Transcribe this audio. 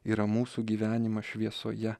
yra mūsų gyvenimas šviesoje